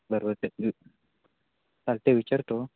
बरं बरं ते चालते विचारतो